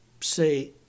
say